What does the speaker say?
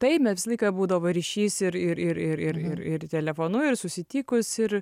taip mes visą laiką būdavo ryšys ir ir ir ir ir ir telefonu ir susitikus ir